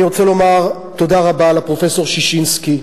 אני רוצה לומר תודה רבה לפרופסור ששינסקי,